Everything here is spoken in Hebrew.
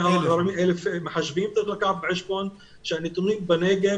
צריך לקחת בחשבון שהנתונים בנגב,